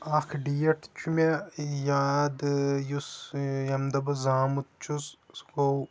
اکھ ڈیٹ چھُ مےٚ یاد یُس ییٚمہِ دۄہ بہٕ زامُت چھُس سُہ گوٚو